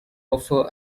offer